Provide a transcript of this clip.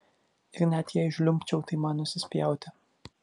ir net jei žliumbčiau tai man nusispjauti